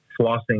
flossing